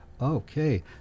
Okay